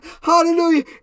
Hallelujah